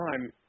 time